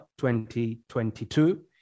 2022